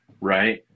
right